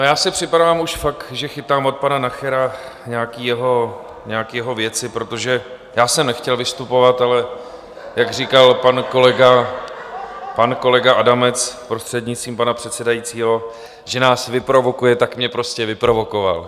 Já si připadám už fakt, že chytám od pana Nachera nějaké jeho věci, protože já jsem nechtěl vystupovat, ale jak říkal pan kolega Adamec, prostřednictvím pana předsedajícího, že nás vyprovokuje, tak mě prostě vyprovokoval.